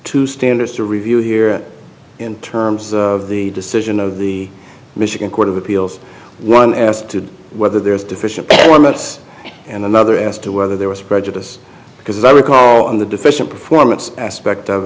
two standards to review here in terms of the decision of the michigan court of appeals one as to whether there is deficient elements and another asked to whether there was prejudice because i recall on the deficient performance aspect of